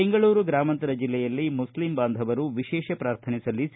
ಬೆಂಗಳೂರು ಗ್ರಾಮಾಂತರ ಜಿಲ್ಲೆಯಲ್ಲಿಮುಸ್ಲಿಂ ಬಾಂಧವರು ವಿಶೇಷ ಪ್ರಾರ್ಥನೆ ಸಲ್ಲಿಸಿ